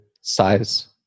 size